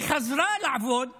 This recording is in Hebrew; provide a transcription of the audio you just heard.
היא חזרה לעבוד שבועיים-שלושה,